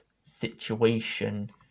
situation